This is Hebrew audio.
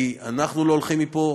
כי אנחנו לא הולכים מפה,